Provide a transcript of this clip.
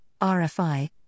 RFI